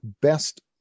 best